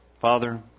Father